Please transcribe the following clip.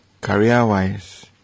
career-wise